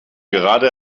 gerade